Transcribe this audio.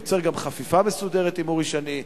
שיוצר גם חפיפה מסודרת עם אורי שני,